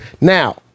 Now